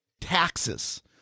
taxes